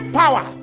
power